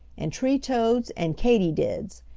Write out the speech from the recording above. and tree toads and katydids.